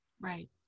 Right